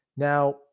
Now